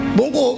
Bongo